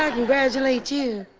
ah congratulate you?